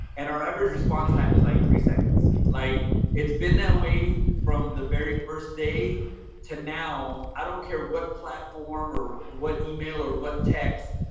and our average response time is like three seconds, like it's been that way from the very first day to now. i don't care what platform or what email or what text,